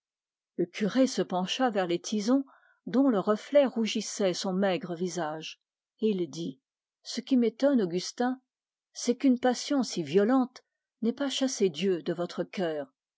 le curé se pencha vers les tisons dont le reflet rougissait son maigre visage ce qui m'étonne c'est qu'une passion si violente n'ait pas chassé dieu de votre cœur